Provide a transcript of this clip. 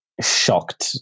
shocked